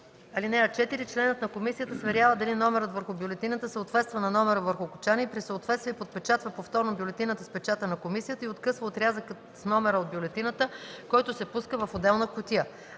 (4) Членът на комисията сверява дали номерът върху бюлетината съответства на номера върху кочана и при съответствие подпечатва повторно бюлетината с печата на комисията и откъсва отрязъка с номера от бюлетината, който се пуска в отделна кутия.